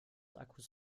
akkus